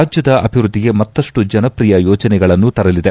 ರಾಜ್ಯದ ಅಭಿವೃದ್ಲಿಗೆ ಮತ್ತಷ್ಟು ಜನಪ್ರಿಯ ಯೋಜನೆಗಳನ್ನು ತರಲಿದೆ